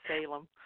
Salem